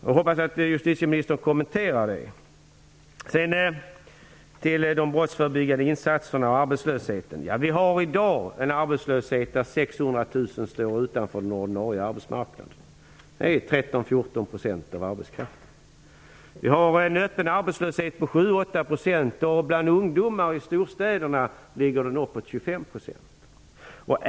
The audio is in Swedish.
Jag hoppas att justitieministern vill kommentera detta. Jag skall säga något om de brottsförebyggande insatserna och arbetslösheten. Vi har i dag en arbetslöshet där 600 000 står utanför den ordinarie arbetsmarknaden. Det är 13-14 % av arbetskraften. Vi har en öppen arbetslöshet på 7 8 %, och bland ungdomar i storstäderna ligger den uppåt 25 %.